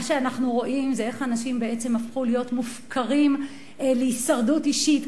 מה שאנחנו רואים זה איך אנשים בעצם הפכו להיות מופקרים להישרדות אישית,